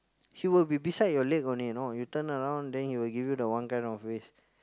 he will be beside your leg only you know you turn around then he will give you the one kind of face